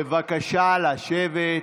בבקשה לשבת.